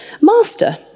master